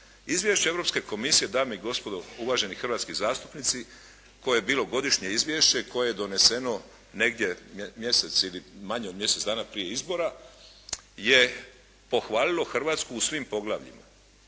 Izvješće Europske komisije dame i gospodo uvaženi hrvatski zastupnici koje je bilo godišnje izvješće koje je doneseno negdje mjesec ili manje od mjesec dana prije izbora je pohvalilo Hrvatsku u svim poglavljima.